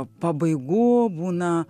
pabaigų būna